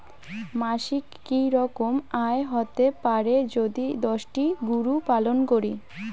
মাসিক কি রকম আয় হতে পারে যদি দশটি গরু পালন করি?